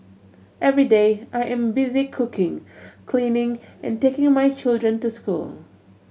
every day I am busy cooking cleaning and taking my children to school